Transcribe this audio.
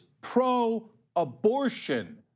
pro-abortion